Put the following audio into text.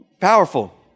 Powerful